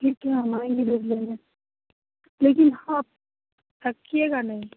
ठीक है हम आएँगे दूध लेने लेकिन आप रखिएगा ना